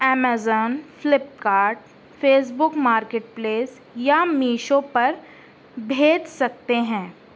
Amazon Flipkart Facebook marketplace یا میشو پر بھیج سکتے ہیں